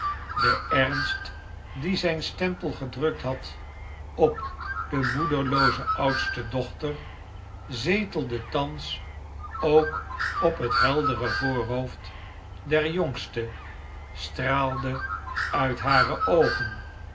de eirns t die zijn stempel gedrukt had op de moedearlooze oudste dochter zetelde thans ook op het heldere voorhoofd der jongste straalde uit hare oogen